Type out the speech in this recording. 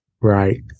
right